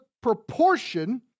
proportion